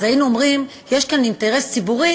אז היינו אומרים יש כאן אינטרס ציבורי